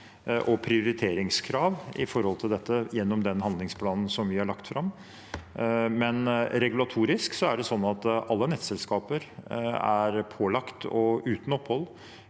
og prioriteringskrav, til dette gjennom den handlingsplanen vi har lagt fram. Regulatorisk er det sånn at alle nettselskaper er pålagt uten opphold